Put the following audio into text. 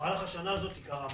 קרה משהו,